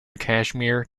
kashmir